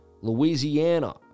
Louisiana